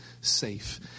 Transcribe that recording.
safe